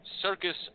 Circus